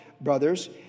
brothers